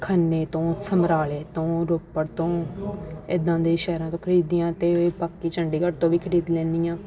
ਖੰਨੇ ਤੋਂ ਸਮਰਾਲ਼ੇ ਤੋਂ ਰੋਪੜ ਤੋਂ ਇੱਦਾਂ ਦੇ ਸ਼ਹਿਰਾਂ ਤੋਂ ਖਰੀਦਦੀ ਹਾਂ ਅਤੇ ਬਾਕੀ ਚੰਡੀਗੜ੍ਹ ਤੋਂ ਵੀ ਖਰੀਦ ਲੈਂਦੀ ਹਾਂ